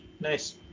Nice